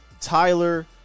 Tyler